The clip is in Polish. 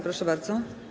Proszę bardzo.